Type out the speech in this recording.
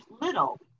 little